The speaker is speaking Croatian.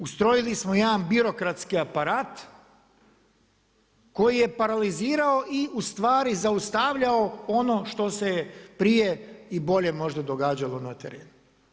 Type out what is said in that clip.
Ustrojili smo jedan birokratski aparat koji je paralizirao i u stvari zaustavljao ono što se je prije i bolje možda događalo na terenu.